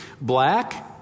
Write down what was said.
Black